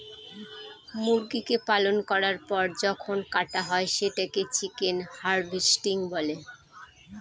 মুরগিকে পালন করার পর যখন কাটা হয় সেটাকে চিকেন হার্ভেস্টিং বলে